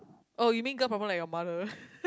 oh you mean girl problem like your mother